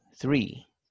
three